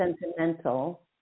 sentimental